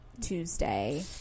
Tuesday